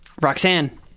Roxanne